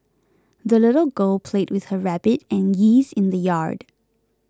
the little girl played with her rabbit and geese in the yard